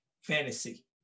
fantasy